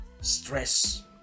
stress